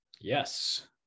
Yes